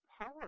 power